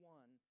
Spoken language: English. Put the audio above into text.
one